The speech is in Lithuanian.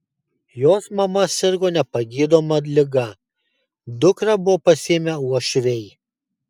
jos mama sirgo nepagydoma liga dukrą buvo pasiėmę uošviai